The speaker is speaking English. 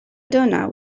donna